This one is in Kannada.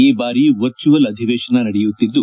ಈ ಬಾರಿ ವರ್ಚುವಲ್ ಅಧಿವೇಶನ ನಡೆಯುತ್ತಿದ್ದು